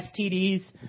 STDs